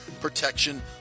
protection